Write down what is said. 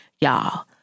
Y'all